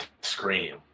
scream